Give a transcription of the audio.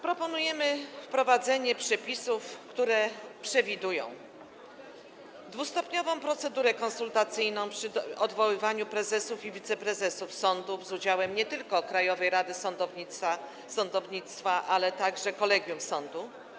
Proponujemy wprowadzenie przepisów, które przewidują: Dwustopniową procedurę konsultacyjną przy odwoływaniu prezesów i wiceprezesów sądów, z udziałem nie tylko Krajowej Rady Sądownictwa, ale także kolegium sądu.